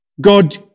God